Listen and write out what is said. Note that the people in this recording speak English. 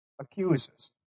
accuses